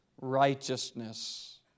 righteousness